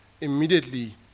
Immediately